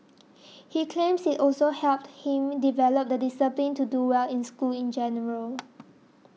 he claims also helped him develop the discipline to do well in school in general